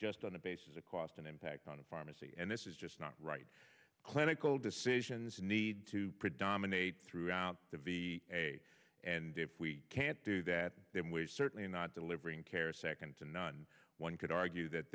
just on the basis of cost and impact on a pharmacy and this is just not right clinical decisions need to predominate throughout the v a and if we can't do that then we're certainly not delivering care second to none one could argue that